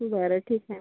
बरं ठीक आहे